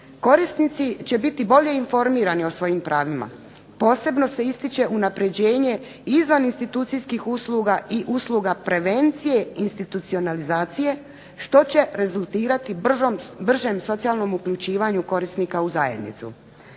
Korisnici će biti bolje informirani o svojim pravima, posebno se ističe unapređenje izvan institucijskih usluga i usluga prevencije institucionalizacije što će rezultirati bržem socijalnom uključivanju korisnika u zajednicu.